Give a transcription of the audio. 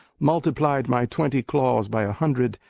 multiplied my twenty claws by a hundred,